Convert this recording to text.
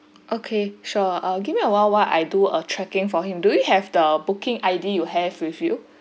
okay sure err give me a while while I do a checking for him do you have the booking I_D you have with you